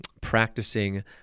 practicing